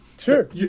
sure